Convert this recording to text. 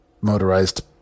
motorized